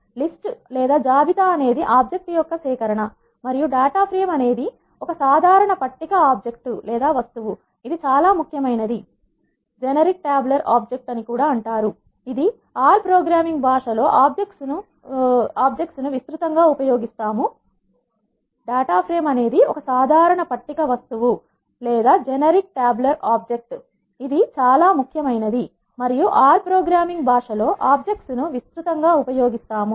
list లేదా జాబితా అనేది ఆబ్జెక్ట్స్ యొక్క సేకరణ మరియు డేటా ఫ్రేమ్ అనేది ఒక సాధారణ పట్టిక వస్తువు ఇది చాలా ముఖ్యమైనది మరియు ఆర్ ప్రోగ్రామింగ్ భాష లో ఆబ్జెక్ట్స్ ను విస్తృతంగా ఉపయోగిస్తాము